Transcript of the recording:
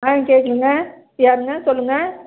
ஆ கேட்குதுங்க யாருங்க சொல்லுங்கள்